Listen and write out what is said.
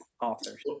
authors